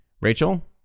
Rachel